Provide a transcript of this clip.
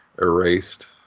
Erased